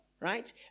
right